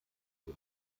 dem